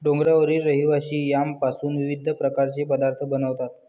डोंगरावरील रहिवासी यामपासून विविध प्रकारचे पदार्थ बनवतात